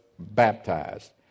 Baptized